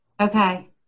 Okay